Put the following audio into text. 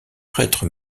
prêtre